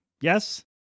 yes